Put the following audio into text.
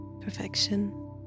perfection